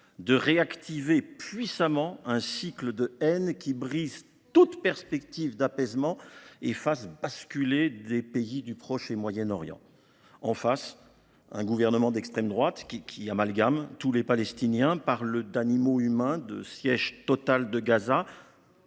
de réactiver puissamment un cycle de haine qui brise toute perspective d’apaisement et fasse basculer des pays des Proche et Moyen-Orient. En face, on trouve un gouvernement d’extrême droite qui amalgame tous les Palestiniens, parle d’« animaux humains » et de « siège total de Gaza